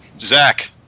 Zach